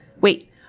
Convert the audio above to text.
wait